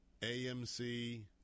AMC